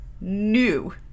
new